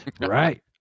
Right